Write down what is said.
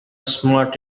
smart